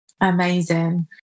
Amazing